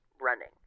running